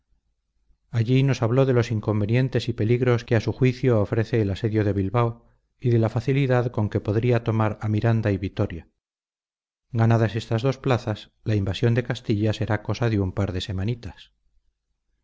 allí nos hablé de los inconvenientes y peligros que a su juicio ofrece el asedio de bilbao y de la facilidad con que podría tomar a miranda y vitoria ganadas estas dos plazas la invasión de castilla será cosa de un par de semanitas